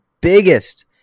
biggest